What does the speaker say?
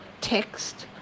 text